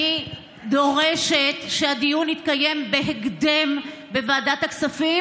אני דורשת שהדיון יתקיים בהקדם בוועדת הכספים,